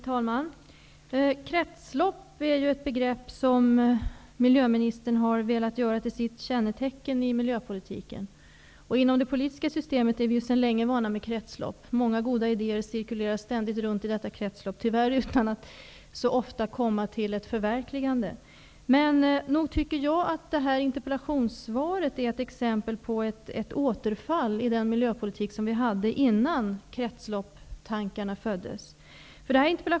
Herr talman! Kretslopp är ju ett begrepp som miljöministern har velat göra till sitt kännetecken i miljöpolitiken. Inom det politiska systemet är vi ju sedan länge vana vid kretslopp. Många goda idéer cirkulerar ständigt runt i detta kretslopp, tyvärr ofta utan att komma till ett förverkligande. Men nog tycker jag att det här interpellationssvaret är ett exempel på ett återfall i den miljöpolitik som vi hade innan kretsloppstankarna föddes.